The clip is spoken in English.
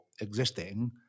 existing